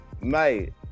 Mate